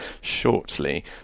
shortly